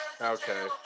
Okay